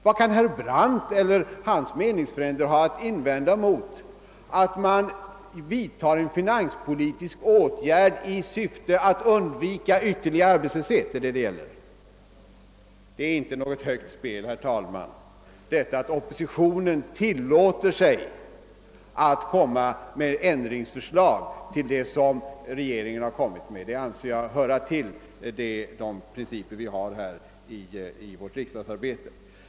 Vad kan herr Brandt och hans meningsfränder ha att invända mot att det vidtas en finanspolitisk åtgärd i syfte att undvika ytterligare arbetslöshet, ty det är det saken gäller? Herr talman! Det är inte fråga om något högt spel när oppositionen tilllåter sig att komma med ett förslag om ändring av propositionen, utan det tillhör enligt min mening principerna för riksdagsarbetet.